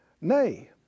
nay